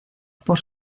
por